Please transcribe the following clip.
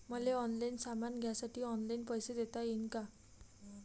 मले ऑनलाईन सामान घ्यासाठी ऑनलाईन पैसे देता येईन का?